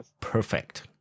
Perfect